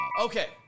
okay